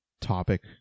topic